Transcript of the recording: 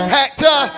Hector